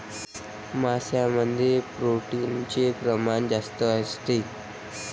मांसामध्ये प्रोटीनचे प्रमाण जास्त असते